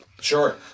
Sure